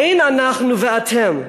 אין אנחנו ואתם,